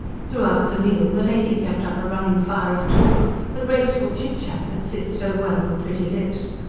throughout the meal, the lady kept up a running fire of talk the graceful chitchat that sits so well on pretty lips.